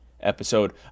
episode